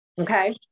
Okay